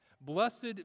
Blessed